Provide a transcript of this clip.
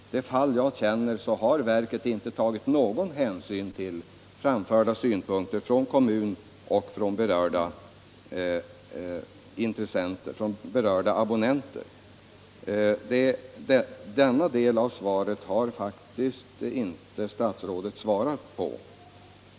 I de fall jag känner till har verket inte tagit någon hänsyn till framförda synpunkter från kommun och berörda kunder. Denna del av frågan har statsrådet faktiskt inte svarat på.